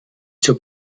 zur